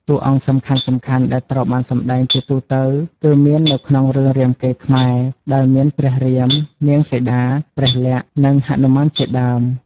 តួអង្គសំខាន់ៗដែលត្រូវបានសម្ដែងជាទូទៅគឺមាននៅក្នុងរឿងរាមកេរ្តិ៍ខ្មែរ ដែលមានព្រះរាម នាងសីតា ព្រះលក្សណ៍ និងហនុមានជាដើម។